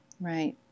Right